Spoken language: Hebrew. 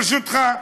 ברשותך.